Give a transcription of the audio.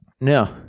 Now